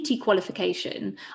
qualification